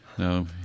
No